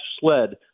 sled